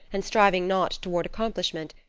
and striving not toward accomplishment,